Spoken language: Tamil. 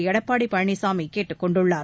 எடப்பாடி பழனிச்சாமி கேட்டுக் கொண்டுள்ளார்